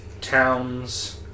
Towns